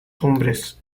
hombres